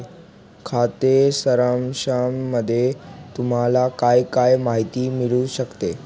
खाते सारांशामध्ये तुम्हाला काय काय माहिती मिळू शकते?